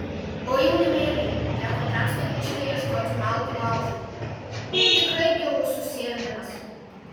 o jaunimėliui teko temstant miške ieškoti malkų laužui tikrai bjaurus užsiėmimas